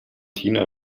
tina